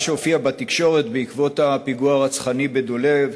שהופיעה בתקשורת בעקבות הפיגוע הרצחני בדולב,